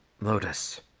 Lotus